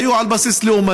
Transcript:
היו מכוונות על בסיס לאומני.